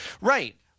right